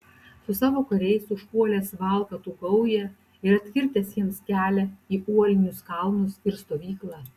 su savo kariais užpuolęs valkatų gaują ir atkirtęs jiems kelią į uolinius kalnus ir stovyklą